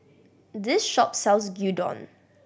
this shop sells Gyudon